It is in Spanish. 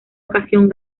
ocasión